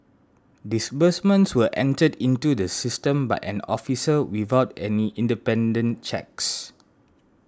disbursements were entered into the system by an officer without any independent checks